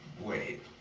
Wait